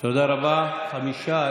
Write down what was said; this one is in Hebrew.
שעה) (הגבלת היציאה מישראל)